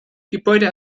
gebäude